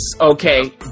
Okay